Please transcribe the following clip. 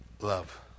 love